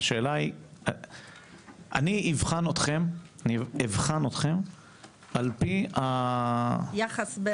אני אבחן אתכם על פי היחס.